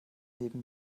neben